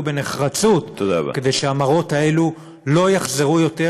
בנחרצות כדי שהמראות האלה לא יחזרו יותר,